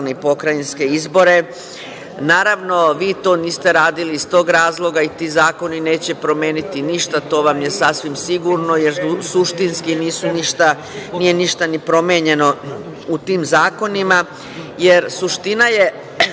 pokrajinske izbore. Naravno, bi to niste radili iz tog razloga i ti zakoni neće promeniti ništa, to je sigurno, jer suštinski nije ništa promenjeno u tim zakonima, jer suština je